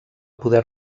poder